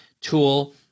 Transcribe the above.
tool